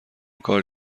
کار